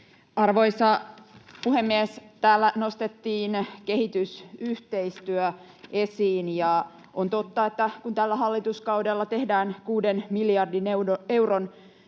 Arvoisa puhemies! Täällä nostettiin kehitysyhteistyö esiin. On totta, että kun tällä hallituskaudella tehdään kuuden miljardin euron